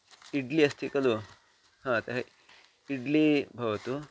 इड्लि अस्ति खलु हा तर्हि इड्ली भवतु